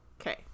Okay